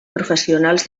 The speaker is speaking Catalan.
professionals